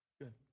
Good